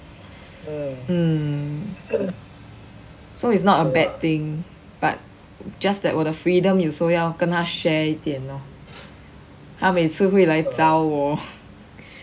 mm so it's not a bad thing but just that 我的 freedom 有时候要跟他 share 一点 lor 他每次会来找我